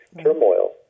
turmoil